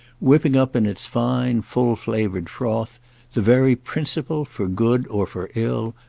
whipping up in its fine full-flavoured froth the very principle, for good or for ill,